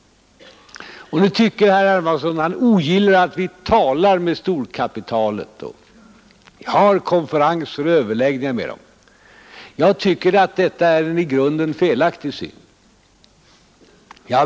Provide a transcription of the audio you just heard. Herr Hermansson ogillar att vi talar med representanter för storkapitalet, har konferenser och överläggningar med dem. Jag tycker att detta är en i grunden felaktig syn.